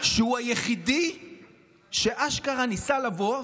שהוא היחידי שאשכרה ניסה לבוא,